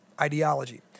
ideology